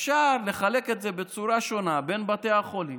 אפשר לחלק את זה בצורה שונה בין בתי חולים,